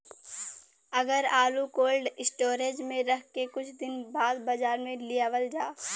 अगर आलू cold storage में रख के कुछ दिन बाद बाजार में लियावल जा?